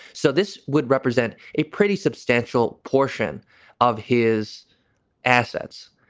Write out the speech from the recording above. so this would represent a pretty substantial portion of his assets.